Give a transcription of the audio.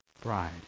bride